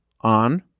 on